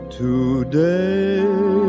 today